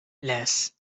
les